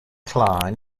klein